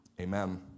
Amen